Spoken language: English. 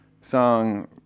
song